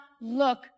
look